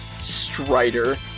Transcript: Strider